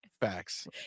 facts